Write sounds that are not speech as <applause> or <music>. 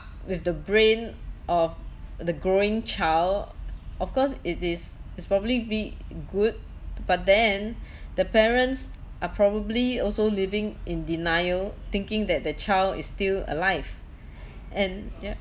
with the brain of the growing child of course it is is probably be good but then <breath> the parents are probably also living in denial thinking that the child is still alive <breath> and ya